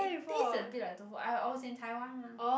it taste a bit like tofu I I was in Taiwan mah